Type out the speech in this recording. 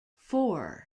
four